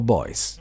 Boys